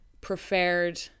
preferred